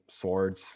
swords